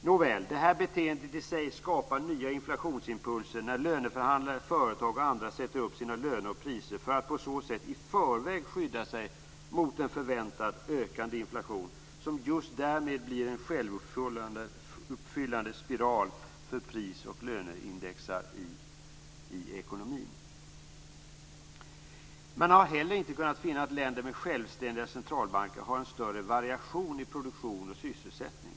Nåväl, detta beteende skapar i sig nya inflationsimpulser när löneförhandlare, företag och andra höjer sina löner och priser för att på så sätt i förväg skydda sig mot en förväntad ökande inflation, som just därmed blir en självuppfyllande spiral för prisoch löneindex i ekonomin. Man har heller inte kunnat finna att länder med självständiga centralbanker har en större variation i produktion och sysselsättning.